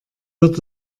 wird